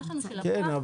כן,